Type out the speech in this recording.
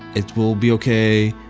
it will be ok.